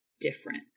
different